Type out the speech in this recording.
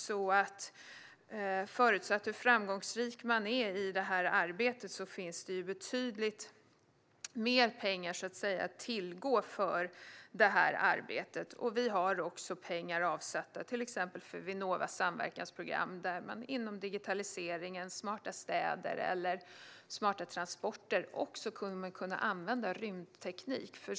Beroende på hur framgångsrik man är finns det alltså betydligt mer pengar att tillgå för det här arbetet. Vi har också pengar avsatta för till exempel Vinnovas samverkansprogram, där man kommer att kunna använda rymdteknik inom digitaliseringen och för smarta städer och smarta transporter.